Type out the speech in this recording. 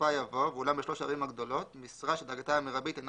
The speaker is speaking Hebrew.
בסופה יבוא "ואולם בשלוש הערים הגדולות משרה שדרגתה המרבית אינה